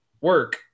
work